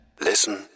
Listen